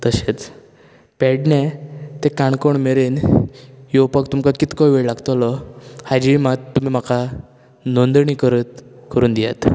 तशेंच पेडण्यां तें काणकोण मेरेन येवपाक तुमकां कितको वेळ लागतलो हाजी मात तुमी म्हाका नोंदणी करत कोरून दियात